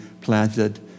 planted